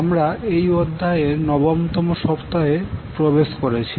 আমরা এই অধ্যায়ের নবমতম সপ্তাহে প্রবেশ করেছি